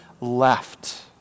left